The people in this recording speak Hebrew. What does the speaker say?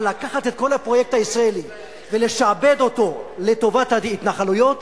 אבל לקחת את כל הפרויקט הישראלי ולשעבד אותו לטובת ההתנחלויות,